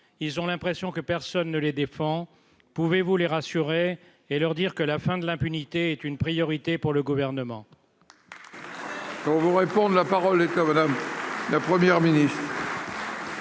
ils ont l'impression que personne ne les défend, pouvez-vous les rassurer et leur dire que la fin de l'impunité est une priorité pour le gouvernement.